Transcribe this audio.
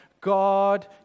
God